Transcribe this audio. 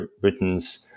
Britain's